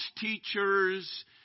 teachers